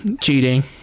cheating